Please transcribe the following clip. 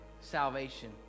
salvation